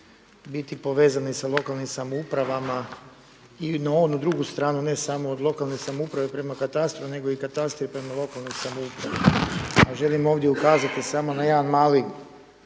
biti povezani sa lokalnim samoupravama i na onu drugu stranu, ne samo od lokalne samouprave prema katastru, nego i katastri prema lokalnoj samoupravi. A želim ovdje ukazati samo na jedan mali